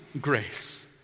grace